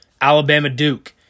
Alabama-Duke